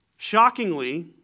Shockingly